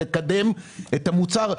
לקדם את המוצר.